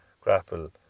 grapple